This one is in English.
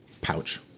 pouch